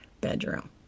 bedroom